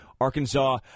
Arkansas